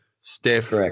Steph